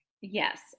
yes